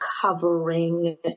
covering